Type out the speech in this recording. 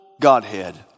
Godhead